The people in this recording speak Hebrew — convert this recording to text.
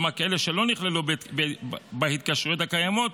כלומר כאלה שלא נכללו בהתקשרויות הקיימות,